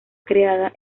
creada